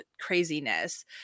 craziness